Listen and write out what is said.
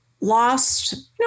lost